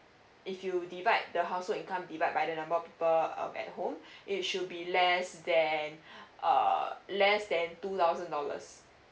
if you divide the household income divide by the number of people uh at home it should be less than uh less than two thousand dollars